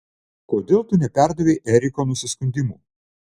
kodėl tu neperdavei eriko nusiskundimų